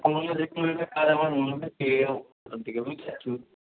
সামান্য যে কোনো একটা কাজ আমার মনে হয় পেয়ে যাব ওখান থেকে বুঝতে পারছ